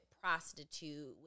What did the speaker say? prostitute